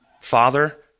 Father